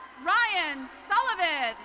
ryan sullivan.